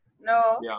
No